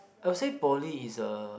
I will say poly is a